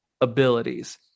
abilities